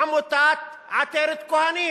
עמותת "עטרת כוהנים",